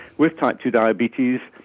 with type two diabetes.